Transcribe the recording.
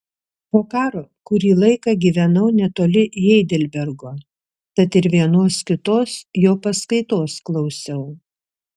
po karo kurį laiką gyvenau netoli heidelbergo tad ir vienos kitos jo paskaitos klausiau